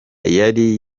yari